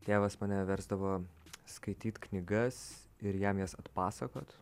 tėvas mane versdavo skaityt knygas ir jam jas atpasakot